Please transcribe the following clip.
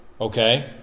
Okay